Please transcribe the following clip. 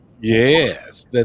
Yes